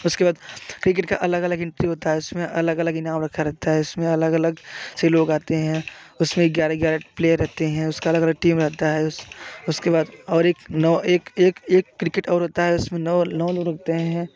उसके बाद क्रिकेट का अलग अलग एंट्री होता है उसमें अलग अलग ईनाम रखा रहता है इसमें अलग अलग से लोग आते हैं उसमें ग्यारह ग्यारह प्लेयर रहते हैं उसका अलग अलग टीम रहता है उसके बाद और एक नौ एक एक एक क्रिकेट और होता है उसमें नौ नौ नौ लोग रखते हैं